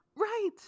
Right